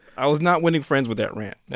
i was not winning friends with that rant